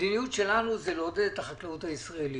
שהמדיניות שלנו היא לעודד את החקלאות הישראלית.